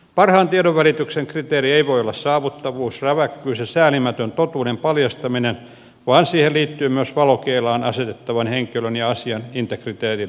parhaan tiedonvälityksen kriteeri ei voi olla saavuttavuus räväkkyys ja säälimätön totuuden paljastaminen vaan siihen liittyy myös valokeilaan asetettavan henkilön ja asian integriteetin arvostaminen